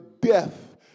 death